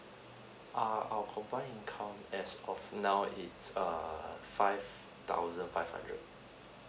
ah our combined income as of now it's err five thousand five hundred